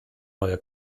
neue